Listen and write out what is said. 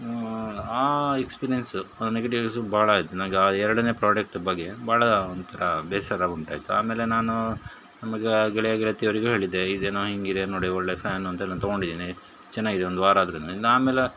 ಆ experience negative ಎಕ್ಸ್ ಭಾಳ ಆಯಿತು ನನ್ಗೆ ಆ ಎರಡನೇ ಪ್ರಾಡಕ್ಟ್ ಬಗ್ಗೆ ಭಾಳ ಒಂಥರ ಬೇಸರ ಉಂಟಾಯಿತು ಆಮೇಲೆ ನಾನು ನಮ್ಮ ಗ ಗೆಳೆಯ ಗೆಳತಿಯರಿಗೂ ಹೇಳಿದ್ದೆ ಇದೇನೋ ಹೀಗಿದೆ ನೋಡಿ ಒಳ್ಳೆಯ ಫ್ಯಾನು ಅಂತೇಳಿ ನಾನು ತೊಗೊಂಡಿದೀನಿ ಚೆನ್ನಾಗಿದೆ ಒಂದು ವಾರ ಆದ್ರೂ ಇನ್ನು ಆಮೇಲೆ